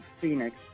Phoenix